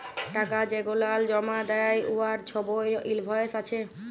টাকা যেগলাল জমা দ্যায় উয়ার ছবই ইলভয়েস আছে